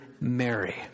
Mary